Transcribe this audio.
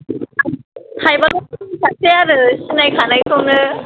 थायबाल' होनदों सासेआ आरो सिनायखानायखौनो